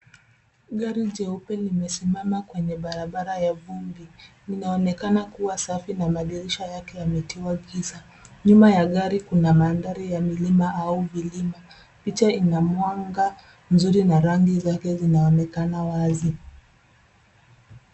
Gari jeupe limesimama kwenye barabara ya vumbi. Linaonekana kuwa safi na madirisha yake yametiwa giza. Nyuma ya gari kuna mandhari ya milima au vilima. Picha ina mwanga mzuri na rangi zake zinaonekana wazi.